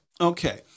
Okay